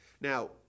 Now